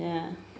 ya